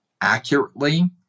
accurately